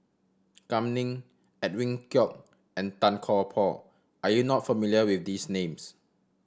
Kam Ning Edwin Koek and Tan Kian Por are you not familiar with these names